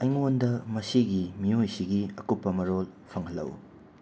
ꯑꯩꯉꯣꯟꯗ ꯃꯁꯤꯒꯤ ꯃꯤꯌꯣꯏꯁꯤꯒꯤ ꯑꯩꯀꯨꯞꯄ ꯃꯔꯣꯜ ꯐꯪꯍꯜꯂꯛꯎ